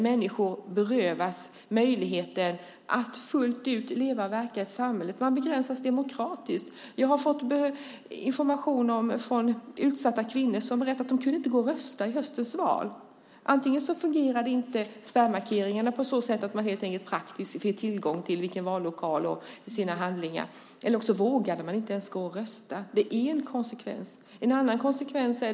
Människor berövas möjligheten att fullt ut leva och verka i samhället. Man begränsas demokratiskt. Jag har fått information från utsatta kvinnor som har berättat att de inte kunde gå och rösta i höstens val. Antingen fungerade inte spärrmarkeringarna, på så sätt att de helt enkelt inte fick tillgång till sina handlingar och information om sin vallokal, eller också vågade de inte ens gå och rösta. Det är en konsekvens. Det finns också andra konsekvenser.